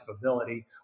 ability